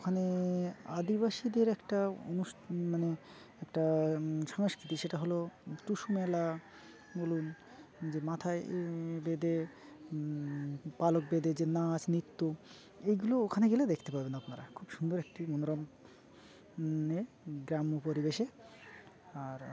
ওখানে আদিবাসীদের একটা মানে একটা সংস্কৃতি সেটা হলো টুসু মেলা বলুন যে মাথায় বেঁধে পালক বেঁধে যে নাচ নৃত্য এইগুলো ওখানে গেলে দেখতে পাবেন আপনারা খুব সুন্দর একটি মনোরম গ্রাম্য পরিবেশে আর